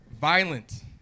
violent